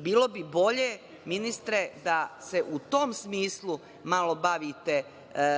Bilo bi bolje, ministre, da se u tom smislu malo bavite